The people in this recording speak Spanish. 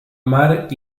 mar